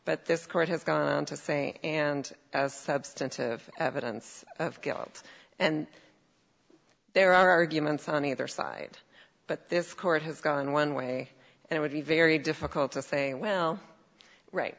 but this court has gone on to say and substantive evidence of guilt and there are arguments on either side but this court has gone one way and it would be very difficult to say well right